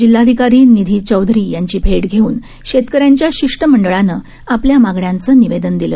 जिल्हाधिकारी निधी चौधरी यांची भेट घेऊन शेतकऱ्यांच्या शिष्टमंडळानं आपल्या मागण्यांचं निवेदन दिलं